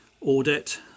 audit